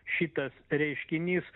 šitas reiškinys